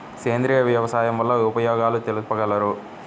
సేంద్రియ వ్యవసాయం వల్ల ఉపయోగాలు తెలుపగలరు?